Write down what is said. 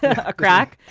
a crack?